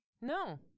no